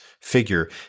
figure